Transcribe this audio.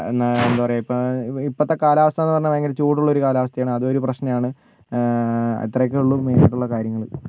എന്താ പറയാ ഇപ്പോൾ ഇപ്പോഴത്തെ കാലാവസ്ഥാന്ന് പറഞ്ഞാൽ ഭയങ്കര ചൂടുള്ള ഒരു കാലാവസ്ഥയാണ് അതും ഒരു പ്രശ്നമാണ് അത്രേയൊക്കെ ഉള്ളു മെയിൻ ആയിട്ടുള്ള കാര്യങ്ങൾ